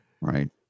Right